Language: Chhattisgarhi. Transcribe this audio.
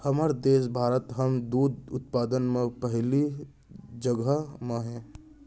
हमर देस भारत हर दूद उत्पादन म पहिली जघा म हे